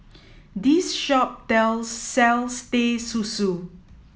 this shop tell sells Teh Susu